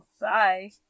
Bye